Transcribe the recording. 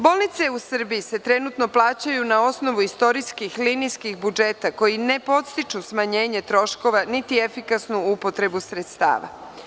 Bolnice u Srbiji se trenutno plaćaju na osnovu istorijskih linijskih budžeta koji ne podstiču smanjenje troškova, niti efikasnu upotrebu sredstava.